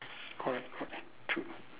correct correct true